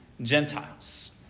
Gentiles